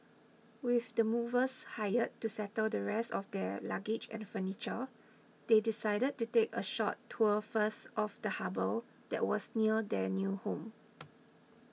with the movers hired to settle the rest of their luggage and furniture they decided to take a short tour first of the harbour that was near their new home